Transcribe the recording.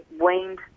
weaned